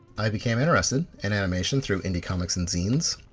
i became interested in animation through indie comics and zines.